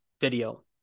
video